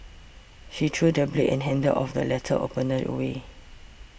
she threw the blade and handle of the letter opener away